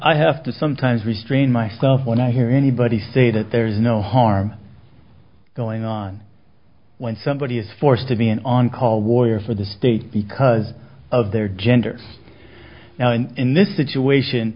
i have to sometimes restrain myself when i hear anybody say that there is no harm going on when somebody is forced to be an on call warrior for the state because of their gender now in this situation